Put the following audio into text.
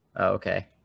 okay